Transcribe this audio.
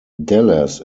dallas